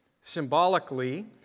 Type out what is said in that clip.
symbolically